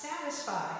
satisfied